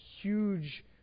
huge